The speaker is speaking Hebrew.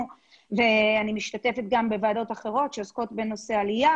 ואני משתתפת גם בוועדות אחרות שעוסקות בנושא עלייה.